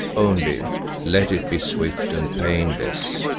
only let it be swift and painless.